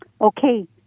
okay